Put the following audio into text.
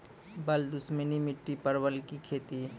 बल दुश्मनी मिट्टी परवल की खेती?